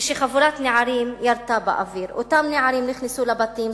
כשחבורת נערים ירתה באוויר: אותם נערים נכנסו לבתים,